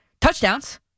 touchdowns